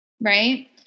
Right